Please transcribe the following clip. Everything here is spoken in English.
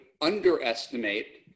underestimate